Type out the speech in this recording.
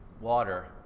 water